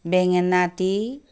বেঙেনা আটী